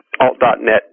alt.net